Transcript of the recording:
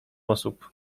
osób